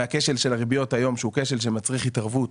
מהכשל של הריביות היום שהוא כשל שמצריך התערבות